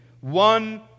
One